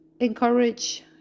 encourage